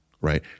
right